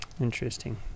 interesting